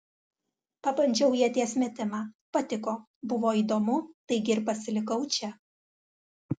pabandžiau ieties metimą patiko buvo įdomu taigi ir pasilikau čia